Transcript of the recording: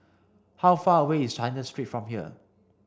how far away is China Street from here